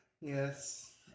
Yes